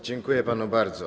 Dziękuję panu bardzo.